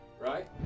Right